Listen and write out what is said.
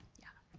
yeah,